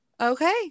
Okay